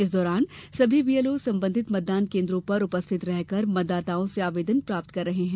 इस दौरान सभी बीएलओ संबंधित मतदान केन्द्रों पर उपस्थित रहकर मतदाताओं से आवेदन प्राप्त कर रहे हैं